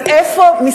אז איפה,